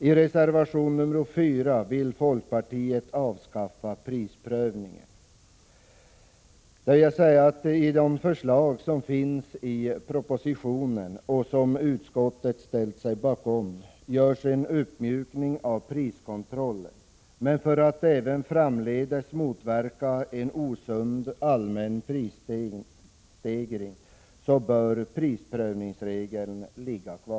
I reservation 4 vill folkpartiet avskaffa prisprövningen. I de förslag som finns i propositionen och som utskottsmajoriteten ställt sig bakom görs en uppmjukning av priskontrollen, men för att även framdeles en osund allmän prisstegring skall motverkas bör prisprövningsregeln finnas kvar.